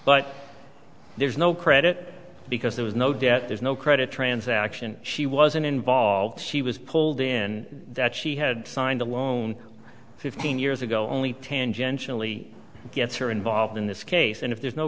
but there's no credit because there was no debt there's no credit transaction she wasn't involved she was pulled in that she had signed a loan fifteen years ago only tangentially gets her involved in this case and if there's no